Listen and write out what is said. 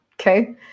Okay